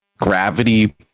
gravity